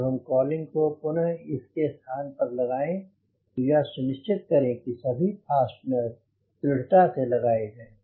जब हम कॉलिंग को पुनः इसके स्थान पर लगाएं तो यह सुनिश्चित करें कि ये सभी फास्टनर दृढ़तासे लगाए जाएँ